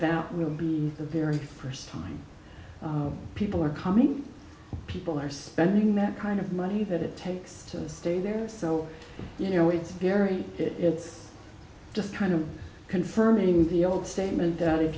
that will be the very first time people are coming people are spending that kind of money that it takes to stay there so you know it's very it's just kind of confirming the old statement